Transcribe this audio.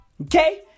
Okay